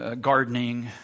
gardening